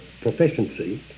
proficiency